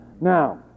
Now